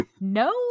No